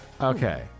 Okay